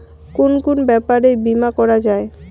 কুন কুন ব্যাপারে বীমা করা যায়?